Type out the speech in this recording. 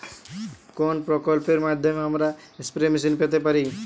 কোন প্রকল্পের মাধ্যমে আমরা স্প্রে মেশিন পেতে পারি?